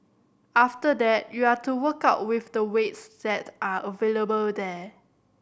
after that you're to work out with the weights that are available there